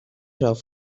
have